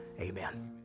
Amen